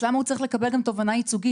למה הוא צריך לקבל גם תובענה ייצוגית?